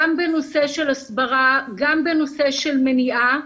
גם בנושא של הסברה, גם בנושא של מניעה.